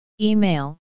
Email